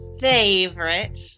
favorite